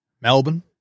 Melbourne